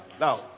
Now